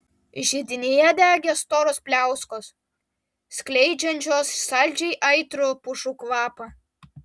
židinyje degė storos pliauskos skleidžiančios saldžiai aitrų pušų kvapą